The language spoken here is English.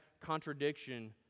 contradiction